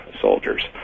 soldiers